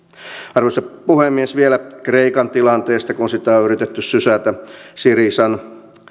arvoisa puhemies vielä kreikan tilanteesta kun sitä on on yritetty sysätä syrizan